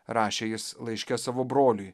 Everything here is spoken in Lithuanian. rašė jis laiške savo broliui